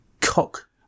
cock